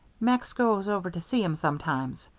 max goes over to see him sometimes.